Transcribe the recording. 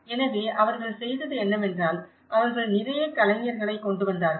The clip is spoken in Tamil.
எனவே அவர்கள் செய்தது என்னவென்றால் அவர்கள் நிறைய கலைஞர்களைக் கொண்டுவந்தார்கள்